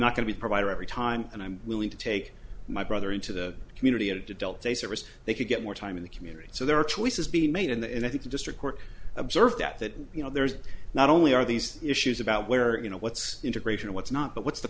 not going to provide every time and i'm willing to take my brother into the community adult day service they could get more time in the community so there are choices being made in the end i think the district court observed that that you know there's not only are these issues about where you know what's integration what's not but what's the